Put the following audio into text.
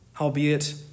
Albeit